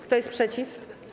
Kto jest przeciw?